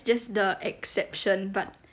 just the exception part